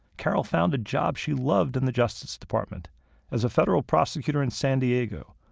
carol found a job she loved in the justice department as a federal prosecutor in san diego,